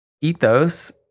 Ethos